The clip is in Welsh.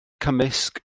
cymysg